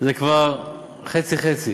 זה כבר חצי חצי,